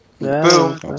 Boom